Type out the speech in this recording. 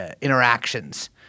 interactions